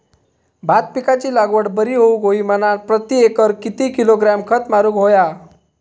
भात पिकाची लागवड बरी होऊक होई म्हणान प्रति एकर किती किलोग्रॅम खत मारुक होया?